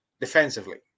defensively